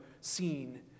seen